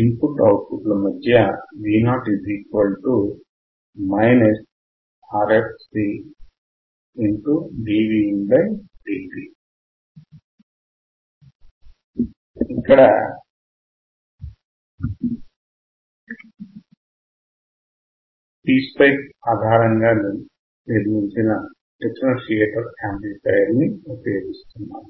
in put output మధ్య V0 RFCdVindt ఇక్కడ PSpice ఆధారముగా నిర్మించిన డిఫరెన్షియేటర్ యాంప్లిఫయర్ ని ఉపయోగిస్తున్నాము